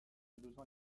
besoin